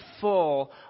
full